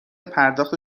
پرداخت